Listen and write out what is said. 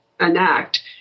enact